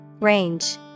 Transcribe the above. Range